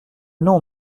non